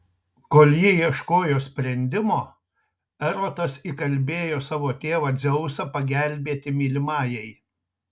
kol ji ieškojo sprendimo erotas įkalbėjo savo tėvą dzeusą pagelbėti mylimajai